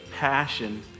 passion